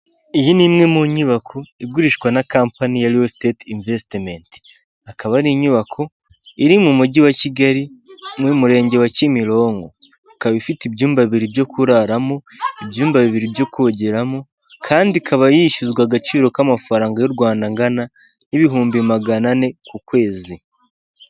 Iyi ni imwe mu nyubako igurishwa na kampani ya royo sitati imvesitimenti, akaba ari inyubako iri mu mujyi wa Kigali mu murenge wa Kimironko, ikaba ifite ibyumba bibiri byo kuraramo, ibyumba bibiri byo kogeramo kandi ikaba yishyuzwa agaciro k'amafaranga y'u Rwanda angana n'ibihumbi maganane ku kwezi.